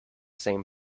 same